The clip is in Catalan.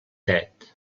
dret